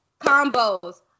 Combos